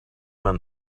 men